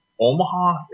Omaha